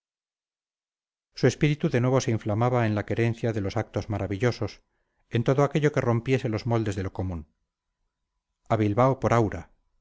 su espíritu de nuevo se inflamaba en la querencia de los actos maravillosos en todo aquello que rompiese los moldes de lo común a bilbao por aura